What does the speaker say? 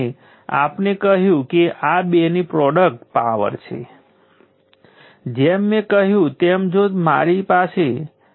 તેથી દરેક સમયે તે ઇન્ટિગ્રલ VtItdt LdIdt જે તમને એનર્જી આપે છે